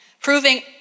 proving